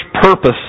purpose